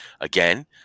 Again